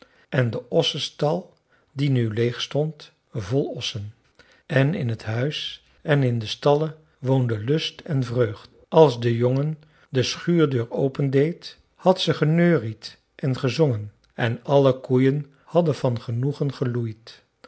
en de ossenstal die nu leeg stond vol ossen en in t huis en in de stallen woonden lust en vreugd als de vrouw de schuurdeur open deed had ze geneuried en gezongen en alle koeien hadden van genoegen geloeid